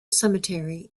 cemetery